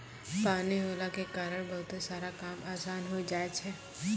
पानी होला के कारण बहुते सारा काम आसान होय जाय छै